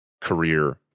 career